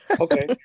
Okay